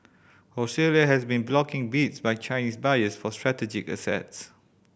Australia has been blocking bids by Chinese buyers for strategic assets